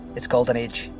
its golden age,